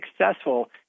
successful